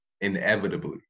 inevitably